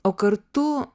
o kartu